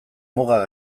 mugak